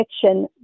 fiction